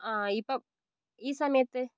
ആ ഇപ്പം ഈ സമയത്ത്